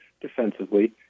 defensively